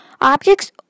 Objects